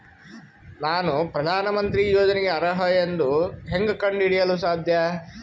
ನಾನು ಪ್ರಧಾನ ಮಂತ್ರಿ ಯೋಜನೆಗೆ ಅರ್ಹ ಎಂದು ಹೆಂಗ್ ಕಂಡ ಹಿಡಿಯಲು ಸಾಧ್ಯ?